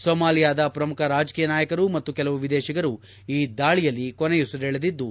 ಸೊಮಾಲಿಯಾದ ಪ್ರಮುಖ ರಾಜಕೀಯ ನಾಯಕರು ಮತ್ತು ಕೆಲವು ವಿದೇತಿಗರು ಈ ದಾಳಿಯಲ್ಲಿ ಕೊನೆಯುಸಿರೆಳೆದಿದ್ದು